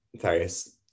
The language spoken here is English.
various